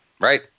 Right